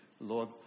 Lord